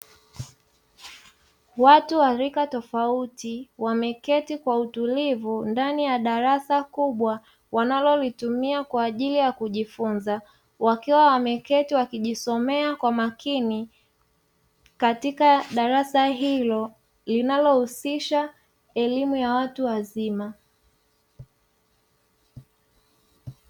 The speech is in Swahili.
Watu wa rika tofauti, wameketi kwa utulivu ndani ya darasa kubwa wanalolitumia kwaajili ya kujifunza, wakiwa wameketi wakijisomea kwa makini, katika darasa hilo linalohusisha elimu ya watu wazima.